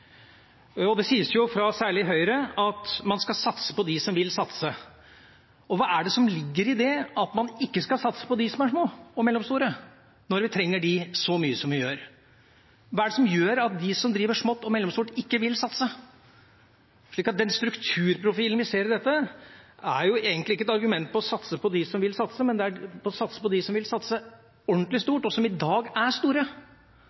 snu. Det sies, særlig fra Høyre, at man skal satse på dem som vil satse. Hva er det som ligger i det at man ikke skal satse på dem som er små og mellomstore, når vi trenger dem så mye som vi gjør? Hva er det som gjør at de som driver smått og mellomstort, ikke vil satse? Den strukturprofilen vi ser i dette, er jo egentlig ikke et argument for å satse på dem som vil satse, men å satse på dem som vil satse ordentlig stort, og som i dag er store.